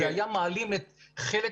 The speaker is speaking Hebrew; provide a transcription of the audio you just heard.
זה היה מעלים חלק